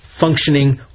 functioning